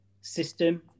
system